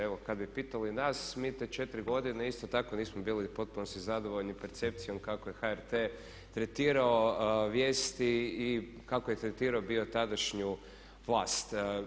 Evo kad bi pitali nas mi te 4 godine isto tako nismo bili u potpunosti zadovoljni percepcijom kako je HRT tretirao vijesti i kako je tretirao bio tadašnju vlast.